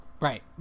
Right